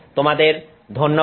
তোমাদের ধন্যবাদ